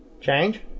Change